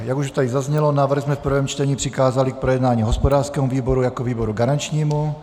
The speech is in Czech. Jak už tady zaznělo, návrh jsme v prvém čtení přikázali k projednání hospodářskému výboru jako výboru garančními.